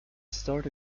start